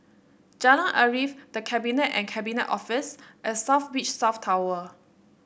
Jalan Arif The Cabinet and Cabinet Office and South Beach South Tower